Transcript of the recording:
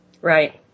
Right